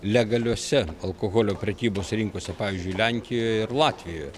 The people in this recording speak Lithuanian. legaliose alkoholio prekybos rinkose pavyzdžiui lenkijoje ir latvijoje